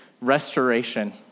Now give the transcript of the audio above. restoration